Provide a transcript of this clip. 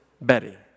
Betty